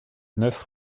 neuf